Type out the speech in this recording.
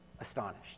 astonished